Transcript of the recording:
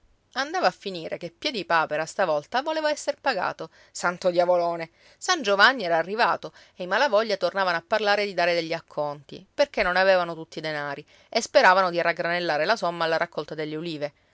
andava a finire che piedipapera stavolta voleva essere pagato santo diavolone san giovanni era arrivato e i malavoglia tornavano a parlare di dare degli acconti perché non avevano tutti i denari e speravano di raggranellare la somma alla raccolta delle ulive